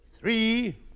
three